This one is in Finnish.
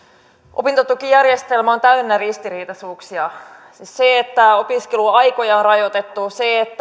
opintotukijärjestelmä on täynnä ristiriitaisuuksia siis se että opiskeluaikoja on rajoitettu